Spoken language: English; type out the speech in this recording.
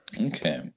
okay